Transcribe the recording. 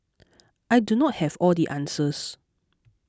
I do not have all the answers